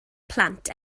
plant